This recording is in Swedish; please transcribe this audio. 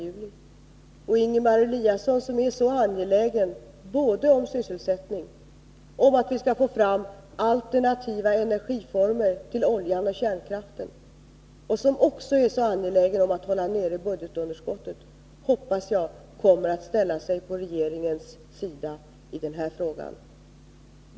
Jag hoppas att Ingemar Eliasson, som är så angelägen både om sysselsättningen och om att skapa alternativa energiformer till oljan och kärnkraften och som också är så angelägen om att hålla nere budgetunderskottet, kommer att ställa sig på regeringens sida i denna fråga.